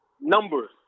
numbers